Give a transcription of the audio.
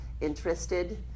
interested